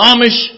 Amish